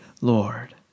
Lord